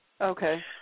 okay